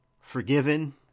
forgiven